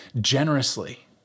generously